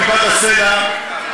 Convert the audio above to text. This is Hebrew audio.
כיפת הסלע,